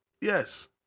Yes